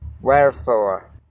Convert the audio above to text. wherefore